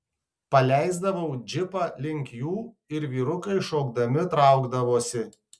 paleisdavau džipą link jų ir vyrukai šaukdami traukdavosi